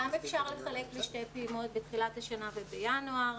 גם אפשר לחלק לשתי פעימות, בתחילת השנה ובינואר.